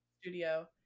studio